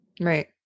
Right